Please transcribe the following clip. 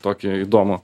tokį įdomų